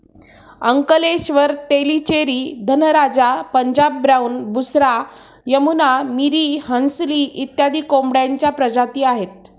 Ankleshwar, Tellicherry, Dhanraja, Punjab Brown, Busra, Yamuna, Miri, Hansli इत्यादी कोंबड्यांच्या प्रजाती आहेत